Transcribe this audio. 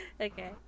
Okay